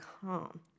calm